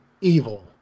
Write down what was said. evil